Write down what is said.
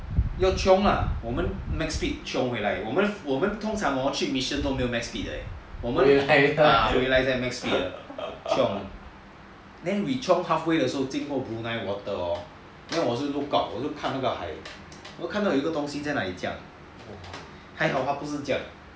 要 chiong lah 我们 max speed chiong 回我们通常去 mission 都没有 max speed 的 leh 我们回来才 max speed 的 chiong then we chiong halfway 的时候经过 brunei waters hor then 我就看到那边有一个东西在那里这样还好他不是这样